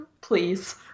Please